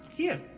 here.